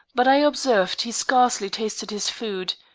but i observed he scarcely tasted his food,